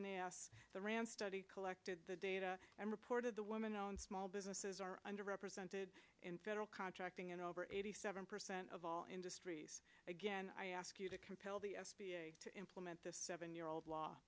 the rand studied collected the data and reported the woman and small businesses are under represented in federal contracting and over eighty seven percent of all industries again i ask you to compel the s b a to implement the seven year old law